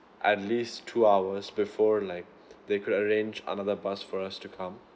at least two hours before like they could arrange another bus for us to come